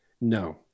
No